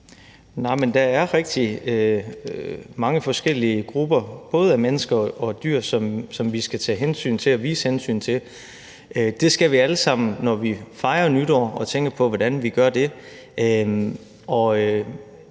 forskellige grupper, både mennesker og dyr, som vi skal tage hensyn til og vise hensyn. Det skal vi alle sammen, når vi fejrer nytår og tænker på, hvordan vi gør det.